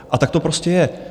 A tak to prostě je.